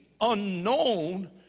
unknown